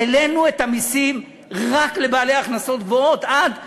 העלינו את המסים רק לבעלי הכנסות גבוהות עד 14,400,